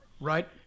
Right